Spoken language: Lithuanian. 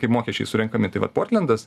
kaip mokesčiai surenkami tai vat portlendas